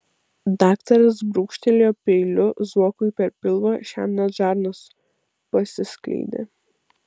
daktaras brūkštelėjo peiliu zuokui per pilvą šiam net žarnos pasiskleidė